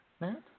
Matt